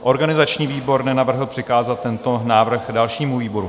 Organizační výbor nenavrhl přikázat tento návrh dalšímu výboru.